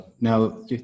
Now